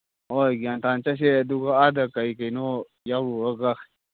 ꯍꯣꯏ ꯒ꯭ꯌꯥꯟ ꯇꯥꯅ ꯆꯠꯁꯤ ꯑꯗꯨꯒ ꯑꯥꯗ ꯀꯔꯤ ꯀꯔꯤꯅꯣ ꯌꯥꯎꯔꯨꯔꯒ